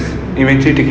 mm